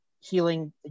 healing